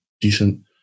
decent